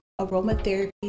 aromatherapy